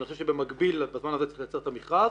אני חושב שבמקביל בזמן הזה צריך לייצר את המכרז